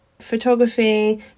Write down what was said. Photography